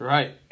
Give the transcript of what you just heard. Right